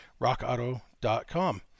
rockauto.com